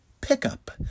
Pickup